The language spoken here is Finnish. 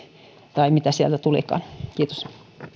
tai mitä sieltä tulikaan